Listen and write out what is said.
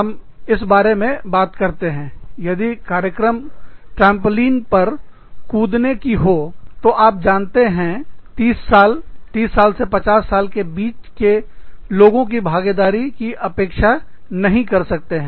हम इस बारे में बात करते हैं यदि कार्यक्रम ट्रामपॉलिन पर कूदने की हो तो आप जानते हो 30 साल 30 साल से 50 साल के बीच के लोगों के भागीदारी की अपेक्षा नहीं कर सकते हैं